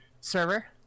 server